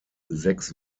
sechs